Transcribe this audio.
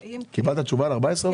קיבלת תשובה על 14, אופיר?